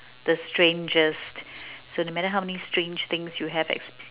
the strangest so no matter how many strange things you have experienced